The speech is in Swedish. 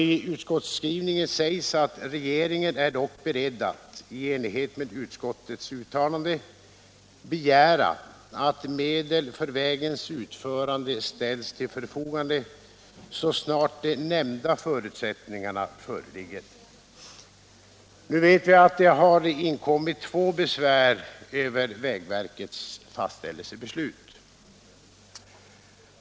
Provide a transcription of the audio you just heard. I utskottsskrivningen sägs nämligen: ”Regeringen är dock beredd att — i enlighet med utskottets uttalande — begära att medel för vägens utförande ställs till förfogande så snart de nämnda förutsättningarna föreligger.” Nu vet vi att det inkommit två besvär över vägverkets fastställelsebeslut.